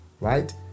right